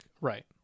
Right